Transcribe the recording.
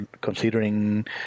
considering